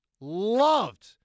loved